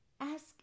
Ask